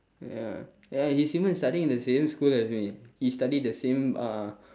ya ya he's even studying in the same school as me he study the same uh